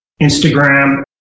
instagram